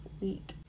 week